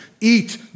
Eat